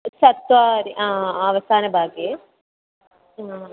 चत्वारि आवसानभागे हा